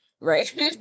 right